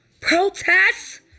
protests